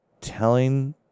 telling